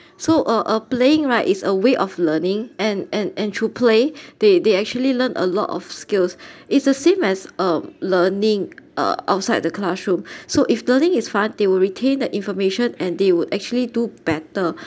so uh uh playing right is a way of learning and and and through play they they actually learned a lot of skills it's the same as um learning uh outside the classroom so if learning is fun they will retain the information and they would actually do better